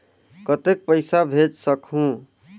कतेक पइसा भेज सकहुं?